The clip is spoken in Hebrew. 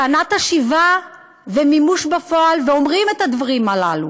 טענת השיבה ומימוש בפועל, ואומרים את הדברים הללו,